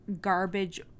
garbage